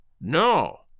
No